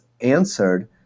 answered